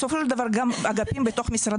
בסופו של דבר גם אגפים בתוך משרד